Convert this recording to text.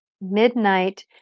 Midnight